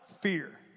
Fear